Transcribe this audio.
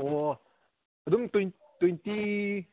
ꯑꯣ ꯑꯗꯨꯝ ꯇ꯭ꯋꯦꯟꯇꯤ